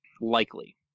likely